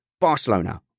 Barcelona